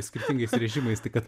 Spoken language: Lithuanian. skirtingais režimais tai kad